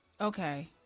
Okay